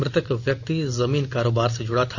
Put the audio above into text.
मृतक व्यक्ति जमीन कारोबार से जुड़ा था